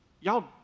y'all